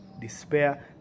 despair